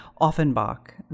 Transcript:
Offenbach